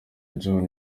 john